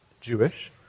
Jewish